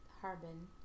Harbin